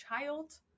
child